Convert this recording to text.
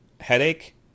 headache